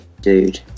dude